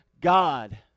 god